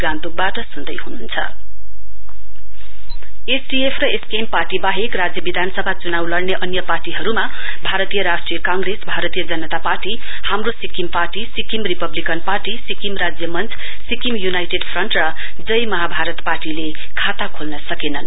all party candidates SDF र SKM party बाहेक राज्यमा विधानसभा च्नाउ लड्ने अन्य पार्टीहरुमा भारतीय राष्ट्रिय कँग्रेसभारतीय जनता पार्टीहाम्रो सिक्किम पार्टीसिक्किम रिपब्लिकन पार्टीसिक्किम राज्य मञ्चसिक्किम य्नाइटेड फ्रन्ट र जय महाभारत पार्टीले खाता खोल्न सकेनन्